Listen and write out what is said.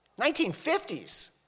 1950s